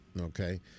Okay